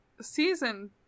Season